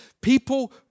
People